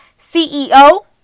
CEO